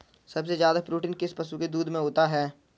सबसे ज्यादा प्रोटीन किस पशु के दूध में होता है?